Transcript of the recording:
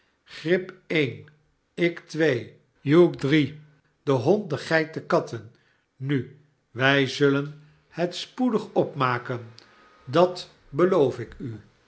grip een ik twee hugh drie de hond de geit de katten nu wij zullen het spoedig groot nieuws voor de bezoekers van de meiboom kijkj gij wijze lieden opmaken dat beloof ik u